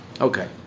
Okay